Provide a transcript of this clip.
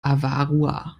avarua